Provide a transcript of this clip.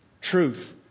truth